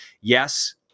yes